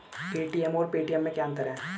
ATM और Paytm में क्या अंतर है?